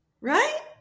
right